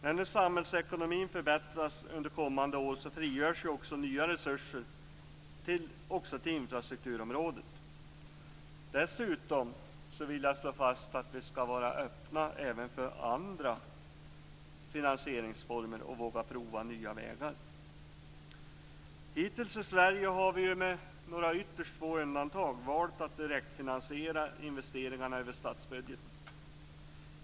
När nu samhällsekonomin förbättras under kommande år frigörs ju nya resurser också till infrastrukturområdet. Dessutom vill jag slå fast att vi skall vara öppna även för andra finansieringsformer och våga pröva nya vägar. Hittills har vi i Sverige med några, ytterst få, undantag valt att direktfinansiera investeringarna över statsbudgeten.